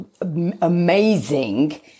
amazing